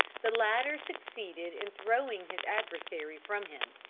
the latter succeeded in throwing his adversary from him,